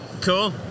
Cool